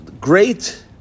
great